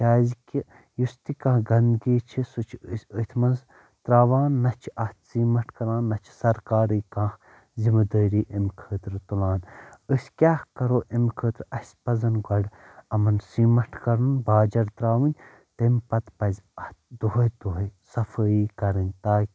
کیٛازِکہِ یُس تہِ کانٛہہ گنٛدٕگی چھِ سُہ چھِ أسۍ أتھۍ منٛز ترٛاوان نہَ چھِ اتھ سیٖمنٛٹ کران نہَ چھِ سرکارٕے کانٛہہ ذِمہٕ دٲری امہِ خٲطرٕ تُلان أسۍ کیٛاہ کرو امہِ خٲطرٕ اَسہِ پزن گۄڈٕ یِمن سیٖمنٛٹ کرُن باجِر ترٛاوٕنۍ تمہِ پتہٕ پزِ اتھ دۅہے دۅہے صفٲیی کرٕنۍ تاکہِ